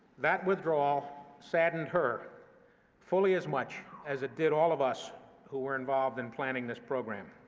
that withdrawal saddened her fully as much as it did all of us who were involved in planning this program.